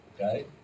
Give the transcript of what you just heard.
Okay